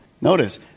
Notice